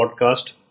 podcast